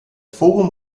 forum